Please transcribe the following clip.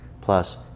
Plus